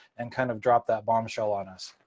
and kind of dropped that bombshell on us.